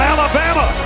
Alabama